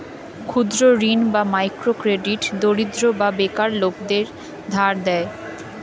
ক্ষুদ্র ঋণ বা মাইক্রো ক্রেডিট দরিদ্র বা বেকার লোকদের ধার দেয়